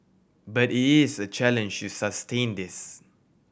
but it is a challenge to sustain this